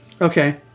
Okay